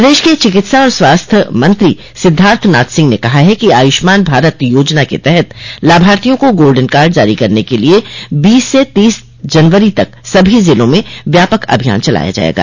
प्रदेश के चिकित्सा और स्वास्थ्य मंत्री सिद्धार्थनाथ सिंह ने कहा है कि आयूष्मान भारत योजना के तहत लाभार्थियों को गोल्डन कार्ड जारी करने के लिये बीस से तीस जनवरी तक सभी ज़िलों में व्यापक अभियान चलाया जायेगा